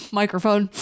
microphone